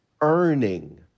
earning